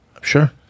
sure